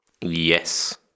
yes